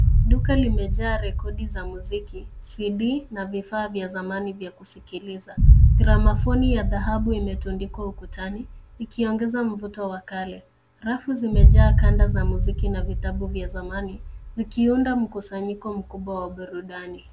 Duka limejaa rekodi za mziki, CD, na vifaa vya zamani vya kusikiliza. Gramafoni ya dhahamu imetundikwa ukutani, ikiongeza mvuto wa kale. Rafu zimejaa kanda za muziki na vitabu vya zamani, zikiunda mkusanyiko mkubwa wa burudani.